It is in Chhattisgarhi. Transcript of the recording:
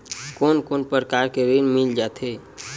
कोन कोन प्रकार के ऋण मिल जाथे?